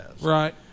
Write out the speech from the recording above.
Right